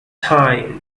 time